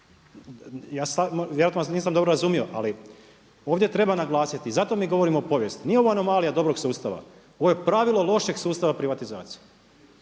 vas nisam dobro razumio, ali ovdje treba naglasiti i zato mi govorimo o povijesti. Nije ovo anomalija dobrog sustava, ovo je pravilo lošeg sustava privatizacije